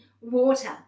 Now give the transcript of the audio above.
water